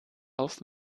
auf